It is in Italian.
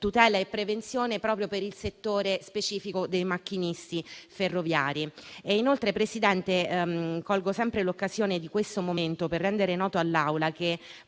tutele e prevenzione proprio per il settore specifico dei macchinisti ferroviari. Inoltre, Presidente, colgo l'occasione di questo momento per rendere noto all'Assemblea